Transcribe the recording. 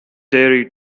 diary